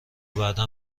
بعدا